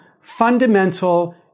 fundamental